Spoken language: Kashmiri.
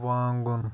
وانٛگُن